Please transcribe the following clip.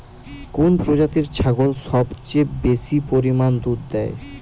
কোন প্রজাতির ছাগল সবচেয়ে বেশি পরিমাণ দুধ দেয়?